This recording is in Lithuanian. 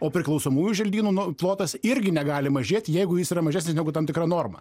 o priklausomųjų želdynų nu plotas irgi negali mažėt jeigu jis yra mažesnis negu tam tikra norma